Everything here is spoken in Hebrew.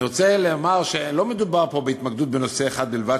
אני רוצה לומר שלא מדובר פה בהתמקדות בנושא אחד בלבד,